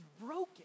broken